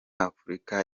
afurika